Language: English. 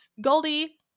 Goldie